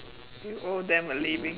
you owe them a living